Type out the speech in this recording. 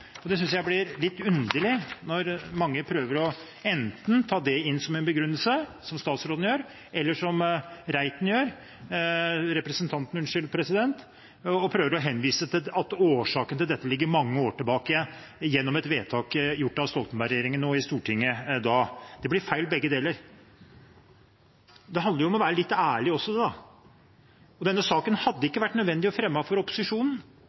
det. Da synes jeg det blir litt underlig når mange enten prøver å ta det inn som en begrunnelse, slik statsråden gjør, eller gjør som representanten Reiten: prøver å henvise til at årsaken til dette ligger mange år tilbake i tid, gjennom et vedtak gjort av Stoltenberg-regjeringen og i Stortinget da. Begge deler blir feil. Det handler også om å være litt ærlig, og denne saken hadde ikke vært nødvendig å fremme for opposisjonen